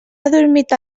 adormit